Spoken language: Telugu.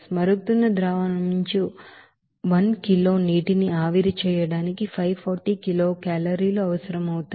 మరుగుతున్న ద్రావణం నుంచి 1 కిలో నీటిని ఆవిరి చేయడానికి 540 కిలోకేలరీలు అవసరం అవుతాయి